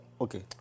okay